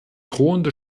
drohende